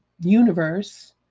universe